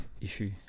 issue